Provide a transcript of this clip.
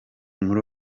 muri